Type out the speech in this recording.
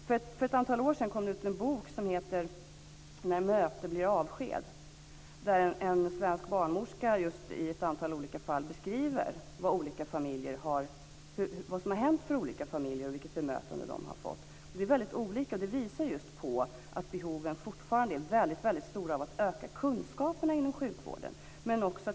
För ett antal år sedan kom det ut en bok med titeln När möte blir avsked, där en svensk barnmorska beskriver vad som har hänt i olika familjer och vilket bemötande de har fått. Det har varit väldigt olika, och det visar att det fortfarande är väldigt stort behov av att öka kunskaperna inom sjukvården.